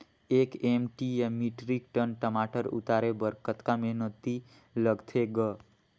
एक एम.टी या metric tonne टमाटर उतारे बर कतका मेहनती लगथे ग?